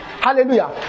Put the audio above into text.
Hallelujah